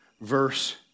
Verse